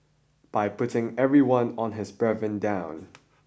by putting every one of his brethren down